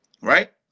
Right